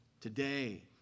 today